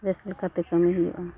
ᱵᱮᱥ ᱞᱮᱠᱟᱛᱮ ᱠᱟᱹᱢᱤ ᱦᱩᱭᱩᱜᱼᱟ